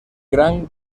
gran